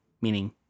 meaning